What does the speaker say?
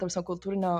ta prasme kultūrinio